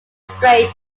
straight